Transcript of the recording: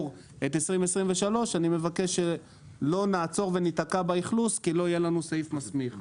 את 2023 אני מבקש שלא נעצור וניתקע באכלוס כי לא יהיה לנו סעיף מסמיך.